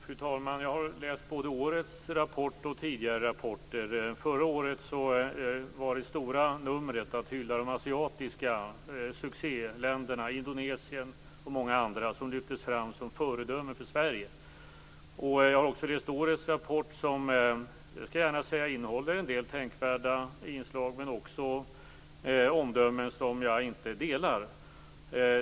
Fru talman! Jag har läst både årets rapport och tidigare rapporter. Förra året var det stora numret att hylla de asiatiska succéländerna, Indonesien och många andra, som lyftes fram som föredömen för Sverige. Jag har också läst årets rapport. Jag kan gärna säga att den innehåller en del tänkvärda inslag, men det finns också omdömen som jag inte delar.